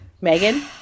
Megan